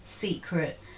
Secret